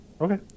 Okay